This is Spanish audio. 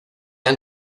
han